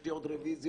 יש לנו עוד רביזיות.